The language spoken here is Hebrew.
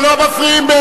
לא מפריעים.